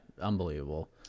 unbelievable